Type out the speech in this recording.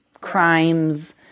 crimes